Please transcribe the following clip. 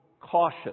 cautious